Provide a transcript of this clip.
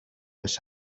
les